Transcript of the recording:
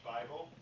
Bible